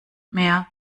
mehr